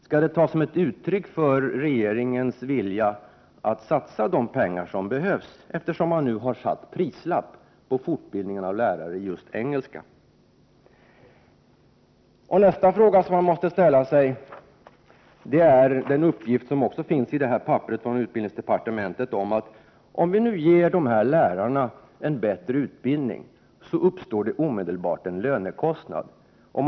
Skall detta tas som ett uttryck för regeringens vilja när det gäller att satsa de pengar som behövs, eftersom man nu har satt prislapp på fortbildningen av lärare i just engelska? En annan fråga som man även måste ställa sig gäller uppgiften — som även den finns i detta papper från utbildningsdepartementet — att det omedelbart uppstår en lönekostnad, om vi ger dessa lärare en bättre utbildning.